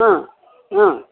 ಹಾಂ ಹಾಂ